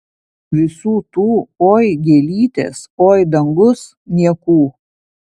visų tų oi gėlytės oi dangus niekų